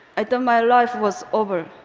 i thought my life was over.